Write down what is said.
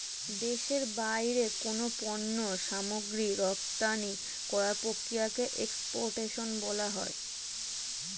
দেশের বাইরে কোনো পণ্য সামগ্রী রপ্তানি করার প্রক্রিয়াকে এক্সপোর্টেশন বলা হয়